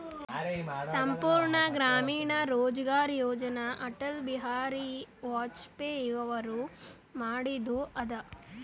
ಸಂಪೂರ್ಣ ಗ್ರಾಮೀಣ ರೋಜ್ಗಾರ್ ಯೋಜನ ಅಟಲ್ ಬಿಹಾರಿ ವಾಜಪೇಯಿ ಅವರು ಮಾಡಿದು ಅದ